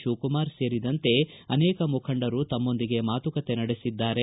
ಶಿವಕುಮಾರ್ ಸೇರಿದಂತೆ ಅನೇಕ ಮುಖಂಡರು ತಮ್ಮೊಂದಿಗೆ ಮಾತುಕತೆ ನಡೆಸಿದ್ದಾರೆ